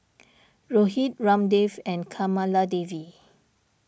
Rohit Ramdev and Kamaladevi